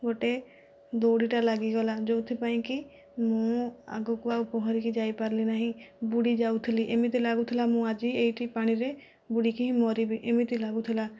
ଗୋଟିଏ ଦଉଡ଼ିଟା ଲାଗିଗଲା ଯେଉଁଥିପାଇଁ କି ମୁଁ ଆଗକୁ ଆଉ ପହଁରିକି ଯାଇ ପାରିଲି ନାହିଁ ବୁଡ଼ି ଯାଉଥିଲି ଏମିତି ଲାଗୁଥିଲା ମୁଁ ଆଜି ଏହିଠି ପାଣିରେ ବୁଡ଼ିକି ହିଁ ମରିବି ଏମିତି ଲାଗୁଥିଲା